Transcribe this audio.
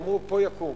אמרו: פה יקום.